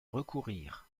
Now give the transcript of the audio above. recourir